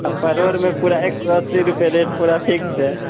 अब परवल में पूरा एक सौ अस्सी रुपये रेट पूरा फिक्स है